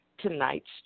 tonight's